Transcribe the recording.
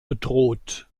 bedroht